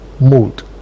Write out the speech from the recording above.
mold